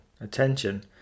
attention